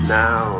now